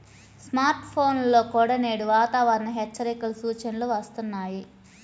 smart ఫోన్లలో కూడా నేడు వాతావరణ హెచ్చరికల సూచనలు వస్తున్నాయి